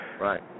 Right